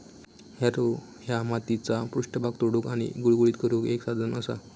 Harrow ह्या मातीचो पृष्ठभाग तोडुक आणि गुळगुळीत करुक एक साधन असा